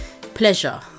pleasure